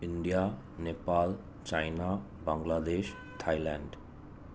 India Nepal China Bangladesh Thailand